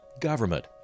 government